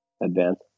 advance